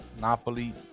Napoli